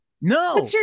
no